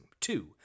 Two